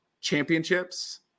Championships